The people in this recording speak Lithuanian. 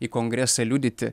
į kongresą liudyti